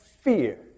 fear